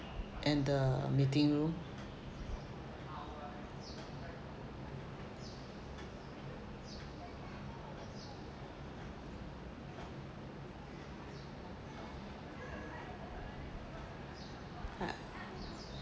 and the meeting room I